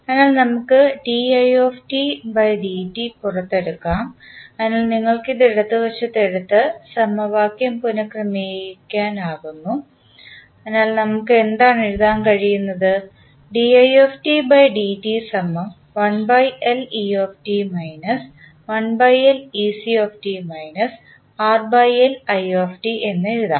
അതിനാൽ നമുക്ക് പുറത്തെടുക്കാം അതിനാൽ നിങ്ങൾ ഇത് ഇടതുവശത്ത് എടുത്ത് സമവാക്യം പുനർ ക്രമീകരിക്കുന്നു അതിനാൽ നമുക്ക് എന്താണ് എഴുതാൻ കഴിയുന്നത് എന്ന് എഴുതാം